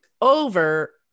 over